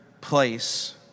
place